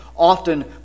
often